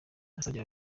nasabye